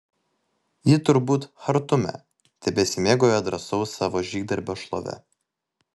ji turbūt chartume tebesimėgauja drąsaus savo žygdarbio šlove